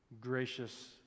gracious